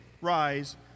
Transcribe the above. rise